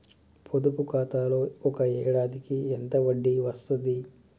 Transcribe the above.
పొదుపు ఖాతాలో ఒక ఏడాదికి ఎంత వడ్డీ వస్తది?